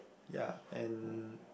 ya and